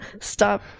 stop